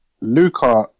Luca